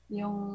yung